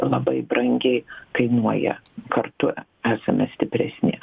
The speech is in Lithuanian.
labai brangiai kainuoja kartu esame stipresni